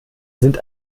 sind